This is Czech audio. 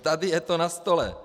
Tady je to na stole.